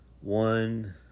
one